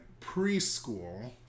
preschool